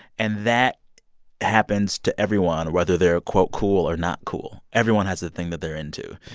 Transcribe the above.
and that happens to everyone whether they're, quote, cool or not cool. everyone has a thing that they're into.